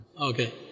Okay